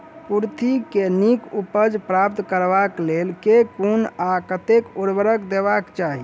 कुर्थी केँ नीक उपज प्राप्त करबाक लेल केँ कुन आ कतेक उर्वरक देबाक चाहि?